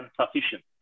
sufficient